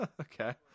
Okay